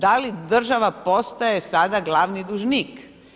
Da li država postaje sada glavni dužnik?